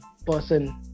person